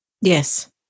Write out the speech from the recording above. Yes